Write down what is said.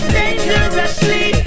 dangerously